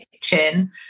kitchen